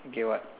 okay what